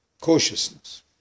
cautiousness